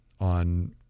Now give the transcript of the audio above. on